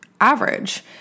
average